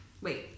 Wait